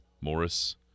Morris